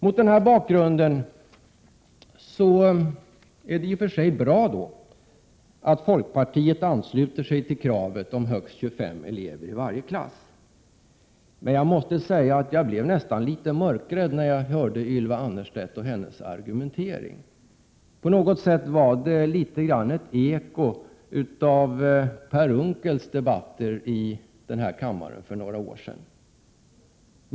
Mot denna bakgrund är det i och för sig bra att folkpartiet ansluter sig till kravet om högst 25 elever i varje klass, men jag måste säga att jag nästan blev mörkrädd när jag hörde Ylva Annerstedts argumentering. På något sätt var det ett eko av Per Unckels debatter i denna kammare för några år sedan.